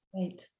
Right